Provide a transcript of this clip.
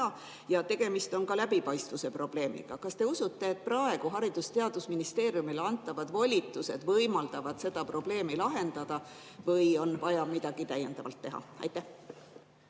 hea. Tegemist on ka läbipaistvuse probleemiga. Kas te usute, et praegu Haridus- ja Teadusministeeriumile antavad volitused võimaldavad seda probleemi lahendada, või on vaja midagi täiendavalt teha? Austatud